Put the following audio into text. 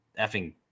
effing